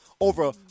over